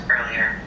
Earlier